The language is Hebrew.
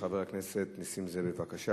חבר הכנסת נסים זאב, בבקשה.